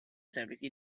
serviti